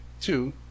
two